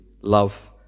love